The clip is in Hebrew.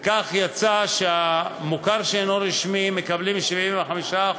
וכך יצא שהמוכר שאינו רשמי מקבלים 75%,